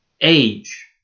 age